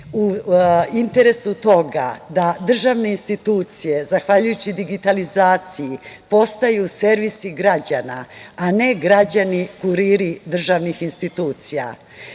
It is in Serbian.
u interesu toga da državne institucije zahvaljujući digitalizaciji, postaju servisi građana, a ne građani kuriri državnih institucija.